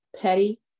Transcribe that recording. petty